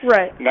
Right